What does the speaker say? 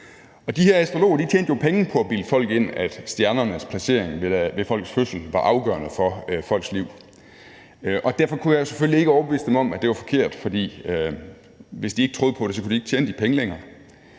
de her astrologer tjente jo penge på at bilde folk ind, at stjernernes placering ved folks fødsel var afgørende for folks liv. Derfor kunne jeg jo selvfølgelig ikke overbevise dem om, at det var forkert, for hvis de ikke troede på det, kunne de ikke tjene de penge længere.